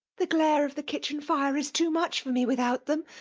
the glare of the kitchen fire is too much for me without them.